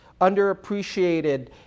underappreciated